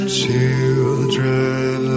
children